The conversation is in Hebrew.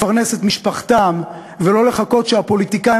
לפרנס את משפחותיהם ולא לחכות שהפוליטיקאים